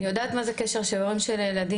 אני יודעת מה זה קשר של הורים של ילדים,